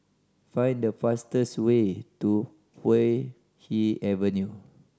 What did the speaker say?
find the fastest way to Puay Hee Avenue